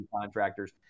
contractors